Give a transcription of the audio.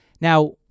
Now